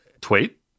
tweet